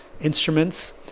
instruments